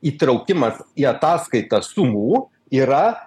įtraukimas į ataskaitą sumų yra